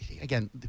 again